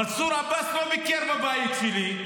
מנסור עבאס לא ביקר בבית שלי,